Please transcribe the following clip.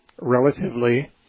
relatively